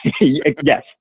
Yes